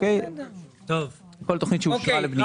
כל תוכנית שאושרה לבנייה.